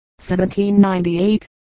1798